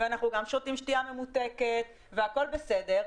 וגם אנחנו שותים שתייה ממותקת והכול בסדר.